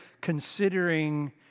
considering